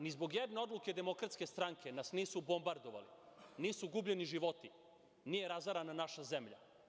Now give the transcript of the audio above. Ni zbog jedne odluke DS nas nisu bombardovali, nisu gubljeni životi, nije razarana naša zemlja.